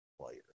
player